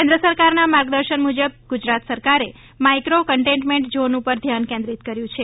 કેન્દ્ર સરકારના માર્ગદર્શન મુજબ ગુજરાત સરકારે માઈક્રો કન્ટેનમેન્ટ ઝોન પર ધ્યાન કેંક્રીત કર્યું છે